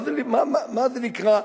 מה זה נקרא ישראלי?